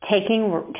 taking